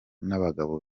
n’abagabo